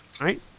Right